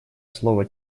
слово